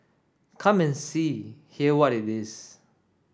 come and see hear what it is